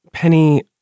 Penny